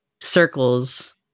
circles